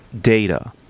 data